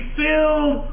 filled